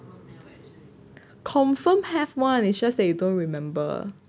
confirm have [one] it's just that you don't remember